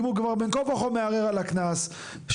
אם הוא גם בן כה וכה מערער על הקנס שיועיל